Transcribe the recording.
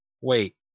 Wait